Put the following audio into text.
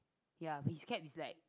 ya his cap is like